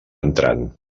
entrant